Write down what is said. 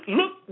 look